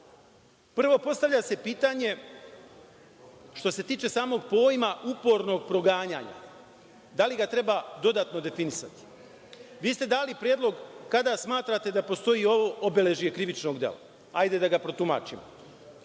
postavlja se pitanje što se tiče samog pojma upornog proganjanja. Da li ga treba dodatno definisati? Vi ste dali predlog kada smatrate da postoji obeležje krivičnog dela. Hajde da ga protumačimo.